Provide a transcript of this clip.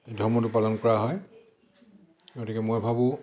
ধৰ্মটো পালন কৰা হয় গতিকে মই ভাবোঁ